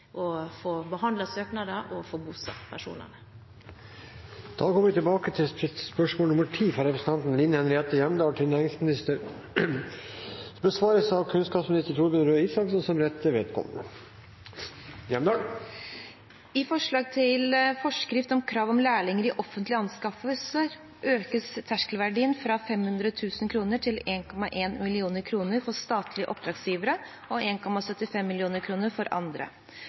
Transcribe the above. å få behandlet søknader og å få bosatt personene. Da går vi tilbake til spørsmål 10. Dette spørsmålet, fra representanten Line Henriette Hjemdal til næringsministeren, besvares av kunnskapsministeren som rette vedkommende. «I forslag til forskrift om krav om lærlinger i offentlige anskaffelser økes terskelverdien fra 500 000 kroner til 1,1 mill. kroner for statlige oppdragsgivere og 1,75 mill. kroner for andre.